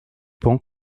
pan